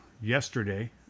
yesterday